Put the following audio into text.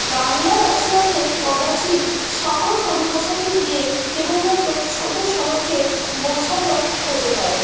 বাংলা রচনাতে কদাচিৎ শহর পরিভাষাটি দিয়ে কেবলমাত্র ছোট শহরকে বোঝানো হতে পারে